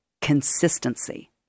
Consistency